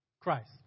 Christ